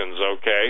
okay